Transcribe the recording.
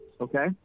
okay